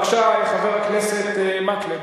בבקשה, חבר הכנסת אורי מקלב.